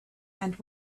and